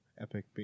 epic